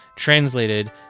Translated